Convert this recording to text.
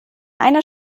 einer